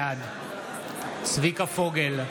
בעד צביקה פוגל,